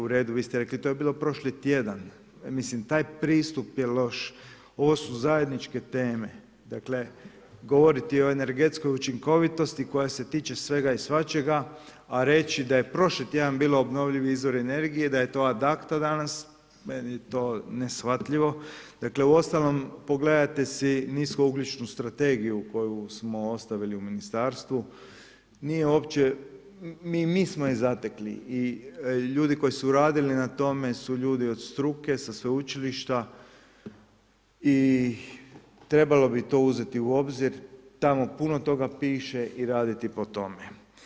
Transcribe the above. U redu, vi ste rekli to je bilo prošli tjedan, mislim taj pristup je loš, ovo su zajedničke teme, dakle govoriti o energetskoj učinkovitosti koja se tiče svega i svačega a reći da je prošli tjedan bilo obnovljivih izvora energije, da je to ad acta danas, meni je to neshvatljivo, uostalom pogledajte se niskougljičnu strategiju koju smo ostavili u ministarstvu, nije uopće, mi smo je zatekli i ljudi koji su radili na tome su ljudi od struke, sa sveučilišta I trebalo bi to uzeti u obzir, tamo puno toga piše i raditi po tome.